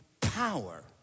power